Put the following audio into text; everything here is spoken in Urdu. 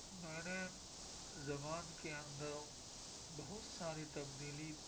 میں نے زبان کے اندر بہت ساری تبدیلی